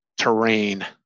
terrain